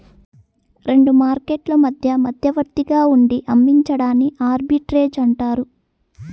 రెండు మార్కెట్లు మధ్య మధ్యవర్తిగా ఉండి అమ్మించడాన్ని ఆర్బిట్రేజ్ అంటారు